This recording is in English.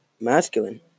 masculine